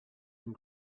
and